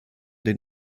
den